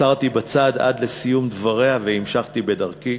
עצרתי בצד עד לסיום דבריה, והמשכתי בדרכי.